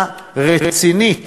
לתקלה רצינית